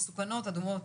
מסוכנות ואדומות.